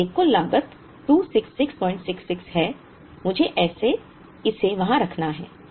इसलिए कुल लागत 26666 है मुझे इसे वहां रखना है